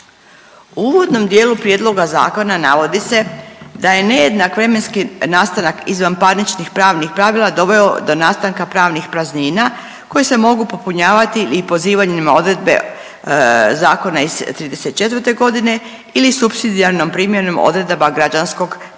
U uvodnom dijelu prijedloga zakona navodi se da je nejednak vremenski nastanak izvanparničnih pravnih pravila doveo do nastanka pravnih praznina koje se mogu popunjavati i pozivanjem na odredbe zakona iz '34. godine ili supsidijarnom primjenom odredaba građanskog parničnog